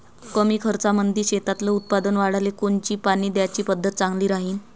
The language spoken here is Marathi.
कमी खर्चामंदी शेतातलं उत्पादन वाढाले कोनची पानी द्याची पद्धत चांगली राहीन?